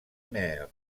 mer